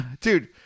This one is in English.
dude